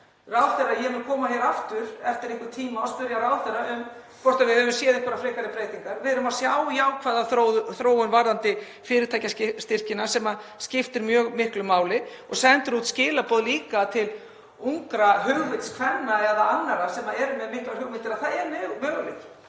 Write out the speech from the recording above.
þá. Ég mun koma hér aftur eftir einhvern tíma og spyrja ráðherra um hvort við höfum séð einhverjar frekari breytingar. Við erum að sjá jákvæða þróun í fyrirtækjastyrkjunum sem skiptir mjög miklu máli og sendir út þau skilaboð líka til ungra hugvitskvenna eða annarra sem eru með miklar hugmyndir að það er möguleiki,